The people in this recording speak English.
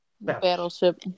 Battleship